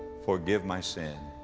forgive my sin.